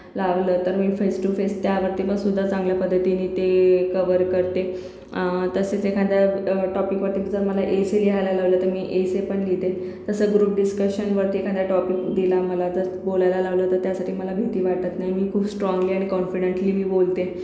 लावलं तर मी फेस टू फेस त्यावरती पणसुद्धा चांगल्या पद्धतीनी ते कव्हर करते तसेच एखाद्या टॉपिकवरती जर मला एसे लिहायला लावलं तर मी एसे पण लिहिते तसं ग्रुप डिस्कशनवरती एखादा टॉपिक दिला मला तर बोलायला लावलं तर त्यासाठी मला भीती वाटत नाही मी खूप स्ट्रॉन्गली आणि कॉन्फिडन्टली मी बोलते